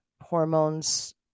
Hormones